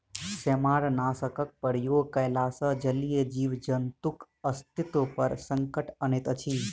सेमारनाशकक प्रयोग कयला सॅ जलीय जीव जन्तुक अस्तित्व पर संकट अनैत अछि